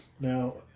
Now